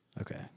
Okay